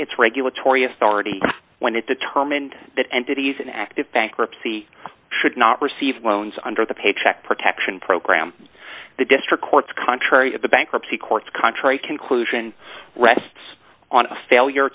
its regulatory authority when it determined that entities in active bankruptcy should not receive loans under the paycheck protection program the district courts contrary of the bankruptcy courts contrary conclusion rests on a failure